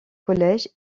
collège